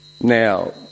Now